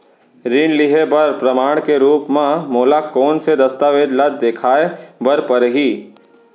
ऋण लिहे बर प्रमाण के रूप मा मोला कोन से दस्तावेज ला देखाय बर परही?